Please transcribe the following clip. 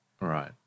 right